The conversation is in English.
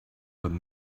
but